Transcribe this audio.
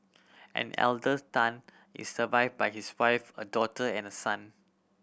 an elders Tan is survived by his wife a daughter and a son